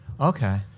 Okay